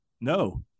No